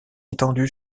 étendu